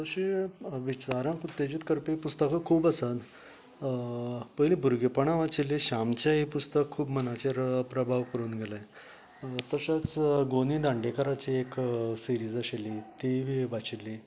तशें विचारांत उत्तेजीत करपी पुस्तकां खूब आसात पयलीं भुरगेपणांत वाचिल्ले श्यामचे पुस्तक खूब मनाचेर प्रभाव करून गेले तशेंच गोने दांडेकराचे एक सिरीज आशिल्ली तिवूंय वाचिल्ली